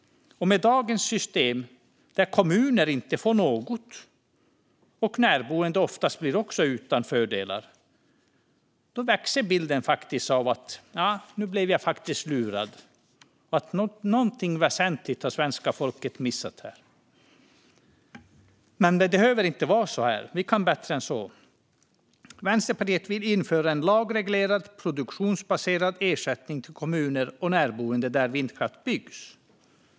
Och med dagens system, där kommuner inte får något och närboende oftast också blir utan fördelar, växer bilden av att man faktiskt blir lurad och att svenska folket har missat något väsentligt här. Men det behöver inte vara så. Vi kan bättre. Vänsterpartiet vill införa en lagreglerad, produktionsbaserad ersättning till kommuner och närboende där vindkraft byggs.